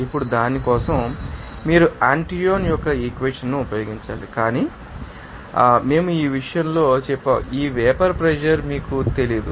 ఇప్పుడు దాని కోసం మీరు ఆంటోయిన్ యొక్క ఈక్వేషన్ ాన్ని ఉపయోగించాలి కానీ అతని కోపంతో మేము ఈ విషయం చెప్పాము ఆ వేపర్ ప్రెషర్ మీకు తెలియదు